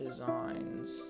Designs